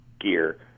gear